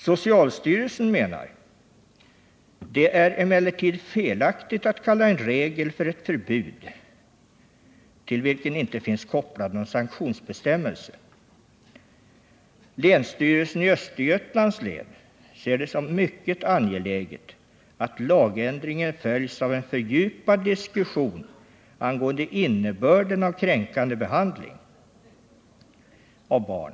Socialstyrelsen skriver: ”Det är emellertid felaktigt att kalla en regel för ett förbud, till vilken inte finns kopplad någon sanktionsbestämmelse.” Länsstyrelsen i Östergötlands län ser det ”som mycket angeläget, att lagändringen följs av en fördjupad diskussion angående innebörden av ”kränkande behandling” av barn”.